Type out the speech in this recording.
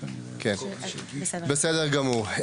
בסדר גמור.